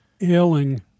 ailing